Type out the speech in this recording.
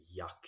yuck